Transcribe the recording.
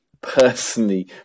personally